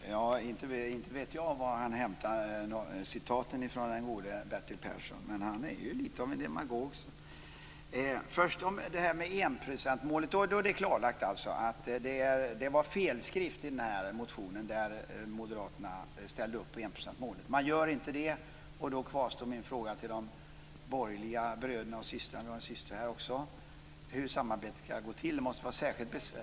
Fru talman! Jag vet inte varifrån han hämtar citaten, den gode Bertil Persson. Men han är ju lite av en demagog. När det gäller enprocentsmålet är det alltså klarlagt att det var en felskrivning i den här motionen där moderaterna ställde upp på enprocentsmålet. Man gör inte det. Då kvarstår min fråga till de borgerliga bröderna och systrarna - vi har en syster här också: Hur ska samarbetet gå till?